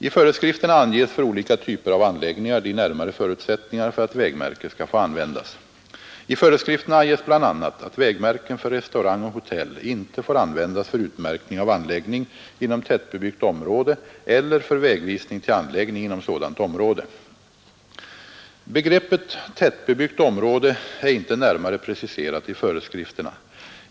I föreskrifterna anges för olika typer av anläggningar de närmare förutsättningarna för att vägmärke skall få användas. I föreskrifterna anges bl.a. att vägmärken för restaurang och hotell inte får användas för utmärkning av anläggning inom tättbebyggt område eller för vägvisning till anläggning inom sådant område. Begreppet tättbebyggt område är inte närmare preciserat i föreskrifterna.